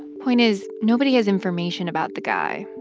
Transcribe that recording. point is, nobody has information about the guy.